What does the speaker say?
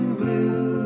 blue